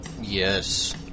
Yes